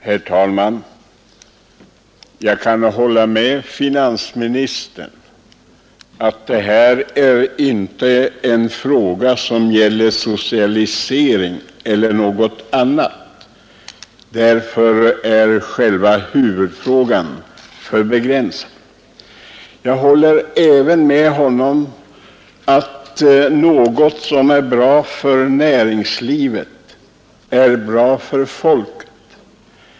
Herr talman! Jag kan hålla med finansministern om att det här inte är en fråga som gäller socialisering — därtill är själva huvudfrågan alltför begränsad — och jag håller även med honom om att något som är bra för näringslivet också är bra för folket.